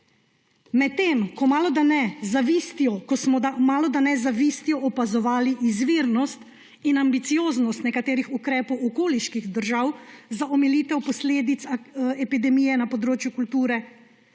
in zelo zelo očitne. Medtem ko smo malodane z zavistjo opazovali izvirnost in ambicioznost nekaterih ukrepov okoliških držav za omilitev posledic epidemije na področju kulture,